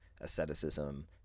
asceticism